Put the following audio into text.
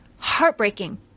Heartbreaking